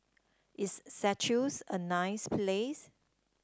is Seychelles a nice place